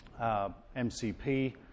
MCP